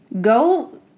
go